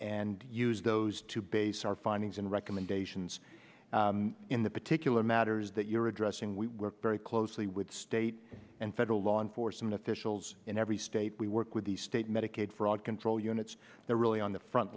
and use those to base our findings and recommendations in the particular matters that you're addressing we work very closely with state and federal law enforcement officials in every state we work with the state medicaid fraud control units that are really on the front